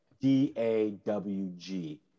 D-A-W-G